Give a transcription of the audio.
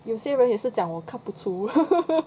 有些人也是讲我看不出